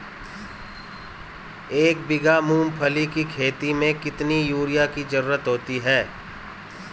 एक बीघा मूंगफली की खेती में कितनी यूरिया की ज़रुरत होती है?